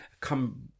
come